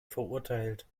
verurteilt